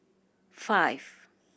five